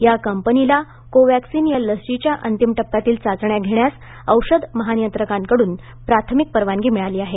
या कंपनीला कोवॅक्सीन या लशीच्या अंतिम टप्प्यातील चाचण्या घेण्यास औषध महानियंत्रकांकडून प्राथमिक परवानगी मिळाली आहे